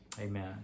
Amen